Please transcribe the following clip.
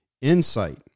insight